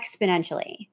exponentially